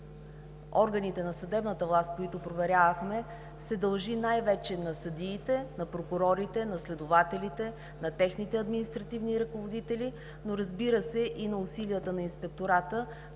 органите на съдебната власт, които проверявахме, се дължи най-вече на съдиите, на прокурорите, на следователите, на техните административни ръководители, но, разбира се, и на усилията на Инспектората,